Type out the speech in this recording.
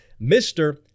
Mr